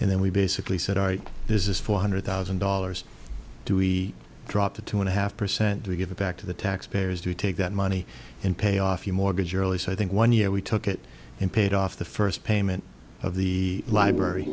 and then we basically said this is four hundred thousand dollars do we drop to two and a half percent to give it back to the taxpayers to take that money and pay off your mortgage early so i think one year we took it and paid off the first payment of the library